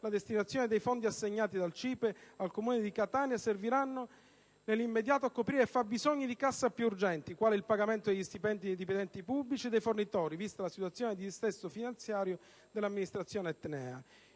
tuttavia, i fondi assegnati dal CIPE al Comune di Catania serviranno nell'immediato a coprire fabbisogni di cassa più urgenti, quali il pagamento degli stipendi dei dipendenti pubblici e dei fornitori, vista la situazione di dissesto finanziario dell'amministrazione etnea.